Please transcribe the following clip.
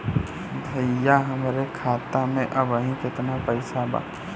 भईया हमरे खाता में अबहीं केतना पैसा बा?